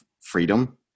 freedom